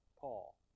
Paul